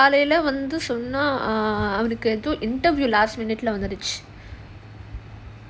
காலைல வந்து சொன்னான் அவனுக்கு:kalaila vandhu sonnaan avanuku interview last minute lah வந்துடுச்சு:vanthuduchu